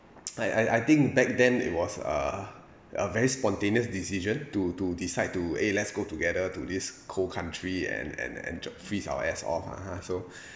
I I I think back then it was uh a very spontaneous decision to to decide to eh let's go together to this cold country and and and just freeze our ass off (uh huh) so